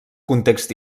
context